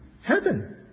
Heaven